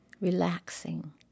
Relaxing